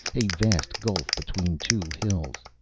a vast gulf between two hills.